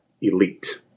Elite